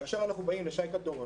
שכאשר אנחנו באים לשי קלדרון,